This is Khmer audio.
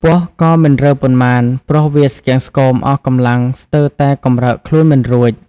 ពស់ក៏មិនរើប៉ុន្មានព្រោះវាស្គាំងស្គមអស់កំលាំងស្ទើរតែកំរើកខ្លួនមិនរួច ។